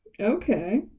Okay